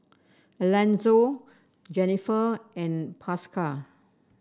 Alanzo Jenniffer and Pascal